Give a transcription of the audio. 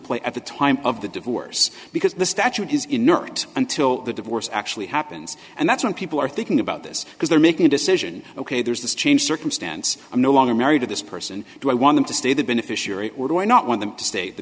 play at the time of the divorce because the statute is inert until the divorce actually happens and that's when people are thinking about this because they're making a decision ok there's this change circumstance i'm no longer married to this person do i want them to stay the beneficiary or do i not want them to stay the